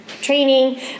training